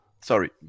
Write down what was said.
Sorry